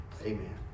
amen